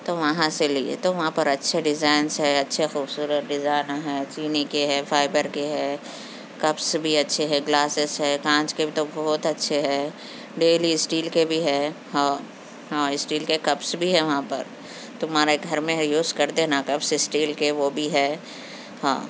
تو وہاں سے لیے تو وہاں پر اچھے ڈیزائنس ہے اچھے خوبصورت ڈیزائن ہے چینی کے ہے فائبر کے ہے کپس بھی اچھے ہے گلاسز ہے کانچ کے تو بہت اچھے ہے ڈیلی اسٹیل کے بھی ہے ہاو ہاں اسٹیل کے کپس بھی ہیں وہاں پر تمہارے گھر میں ہے یوز کرتے نا کپس اسٹیل کے وہ بھی ہے ہاں